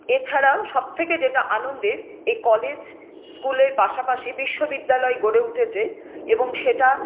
এছাড়াও সবথেকে যেটা আনন্দের এই কলেজ স্কুলের পাশাপাশি বিশ্ববিদ্যালয় গড়ে উঠেছে এবং সেটা